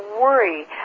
worry